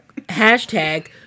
hashtag